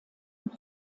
und